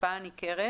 "השפעה ניכרת"